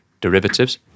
derivatives